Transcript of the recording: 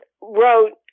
wrote